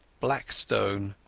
ablack stone.